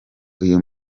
uyu